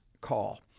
call